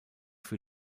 für